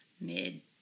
mid